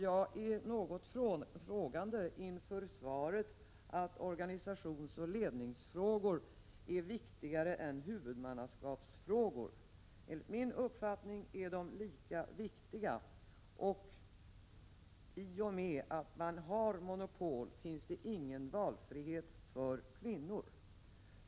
Jag är något frågande inför svaret att organisationsoch ledningsfrågor är viktigare än huvudmannaskapsfrågor. Enligt min uppfattning är de lika viktiga, och i och med att det råder monopol finns det ingen valfrihet för kvinnor.